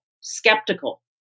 skeptical